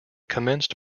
commenced